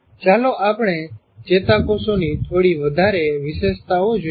ચાલો આપણે ચેતાકોષો ની થોડી વધારે વિશેષતાઓ જોઈએ